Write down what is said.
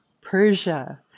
Persia